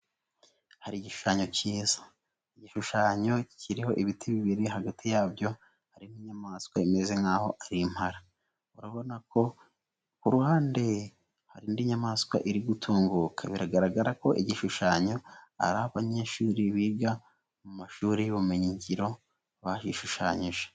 Hari igishushanyo cyiza. Igishushanyo kiriho ibiti bibiri, hagati yabyo hari n'inyamaswa imeze nk'aho ari impala. Urabona ko ku ruhande hari indi nyamaswa iri gutunguka. Biragaragara ko igishushanyo ari abanyeshuri biga mu mashuri y'ubumenyingiro, bahishushanyije.